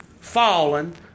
fallen